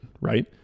right